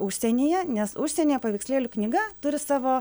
užsienyje nes užsienyje paveikslėlių knyga turi savo